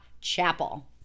Chapel